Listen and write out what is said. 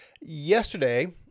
yesterday